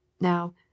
now